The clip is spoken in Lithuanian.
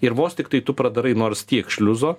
ir vos tiktai tu pradarai nors tiek šliuzo